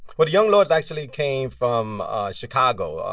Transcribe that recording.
well, the young lords actually came from chicago.